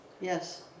Yes